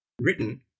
written